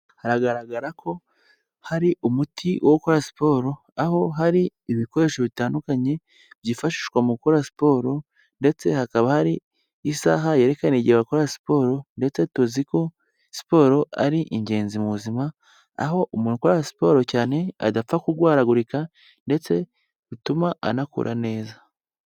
Hagagara ko hari umuti wo gukora siporo, aho hari ibikoresho bitandukanye byifashishwa mu gukora siporo, ndetse hakaba hari isaha yerekana igihe bakorera siporo, ndetse tuzi ko siporo ari ingenzi mu buzima, aho umuntu ukora siporo cyane adakunda kurwaragurika, ndetse bituma anakura neza.